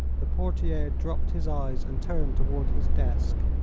the portiere dropped his eyes and turned toward his desk.